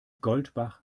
goldbach